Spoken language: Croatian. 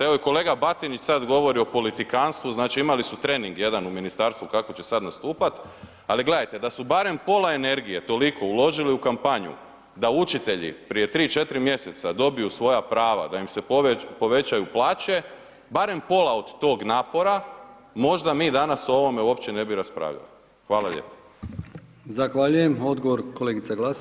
Evo i kolega Batinić sada govori o politikantstvu, znači imali su trening jedan u ministarstvu kako će sada nastupati, ali gledajte da su barem pola energije toliko uložili u kampanju da učitelji prije tri, četiri mjeseca dobiju svoja prava, da im se povećaju plaće barem pola od tog napora, možda bi danas o ovome uopće ne bi raspravljali.